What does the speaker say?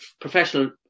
professional